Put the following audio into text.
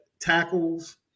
tackles